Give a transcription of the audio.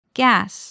gas